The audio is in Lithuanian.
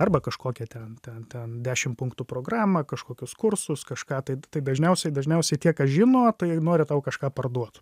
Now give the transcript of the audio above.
arba kažkokią ten ten ten dešim punktų programą kažkokius kursus kažką tai dažniausiai dažniausiai tie kas žino tai nori tau kažką parduot